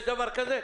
יש דבר כזה?